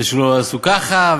ושלא יעשו ככה,